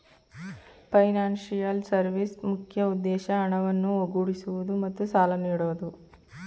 financial ಸರ್ವಿಸ್ನ ಮುಖ್ಯ ಉದ್ದೇಶ ಹಣವನ್ನು ಒಗ್ಗೂಡಿಸುವುದು ಮತ್ತು ಸಾಲ ನೀಡೋದು